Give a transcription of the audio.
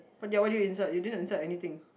but they're already inside you didn't insert anything